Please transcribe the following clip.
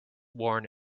worn